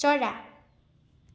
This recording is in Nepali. चरा